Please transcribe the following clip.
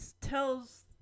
tells